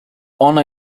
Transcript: ona